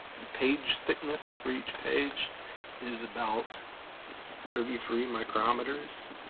the page thickness for each page is about thirty three micrometers.